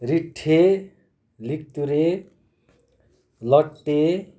रिठ्ठे लिक्तुरे लट्टे